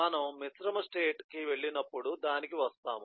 మనం మిశ్రమ స్టేట్ కి వెళ్ళినప్పుడు దానికి వస్తాము